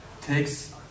takes